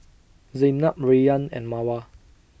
Zaynab Rayyan and Mawar